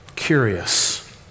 Curious